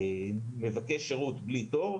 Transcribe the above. ומבקש שרות בלי תור,